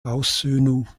aussöhnung